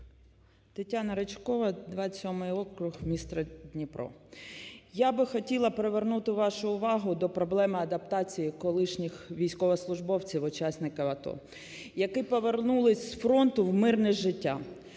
Тетяна Ричкова, 27 округ, місто Дніпро. Я би хотіла привернути вашу увагу до проблеми адаптації колишніх військовослужбовців учасників АТО, які повернулись з фронту в мирне життя.